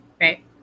right